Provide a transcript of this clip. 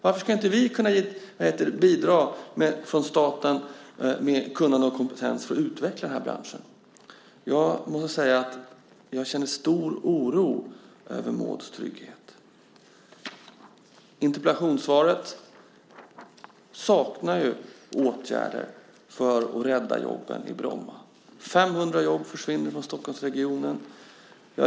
Varför skulle inte vi kunna bidra från staten med kunnande och kompetens för att utveckla den här branschen? Jag måste säga att jag känner en stor oro över Mauds trygghet. I interpellationssvaret saknas åtgärder för att rädda jobben i Bromma. 500 jobb försvinner alltså från Stockholmsregionen.